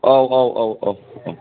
औ औ औ औ औ